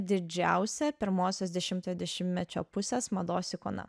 didžiausia pirmosios dešimtojo dešimtmečio pusės mados ikona